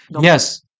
Yes